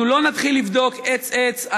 אנחנו לא נתחיל לבדוק עץ-עץ,